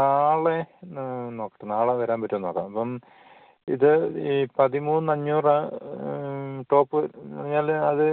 നാളെ നോക്കട്ടെ നാളെ വരാൻ പറ്റുമോ എന്ന് നോക്കാം അപ്പം ഇത് ഈ പതിമൂന്ന് അഞ്ഞൂറ് ടോപ്പ് അല്ലെ അത്